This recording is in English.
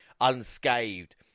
unscathed